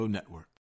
Network